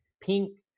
pink